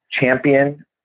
champion